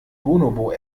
bonobo